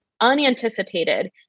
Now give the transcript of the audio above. unanticipated